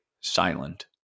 silent